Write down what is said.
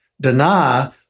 deny